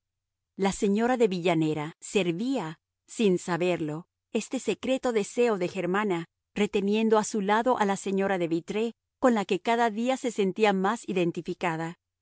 la señora de villanera servía sin saberlo este secreto deseo de germana reteniendo a su lado a la señora de vitré con la que cada día se sentía más identificada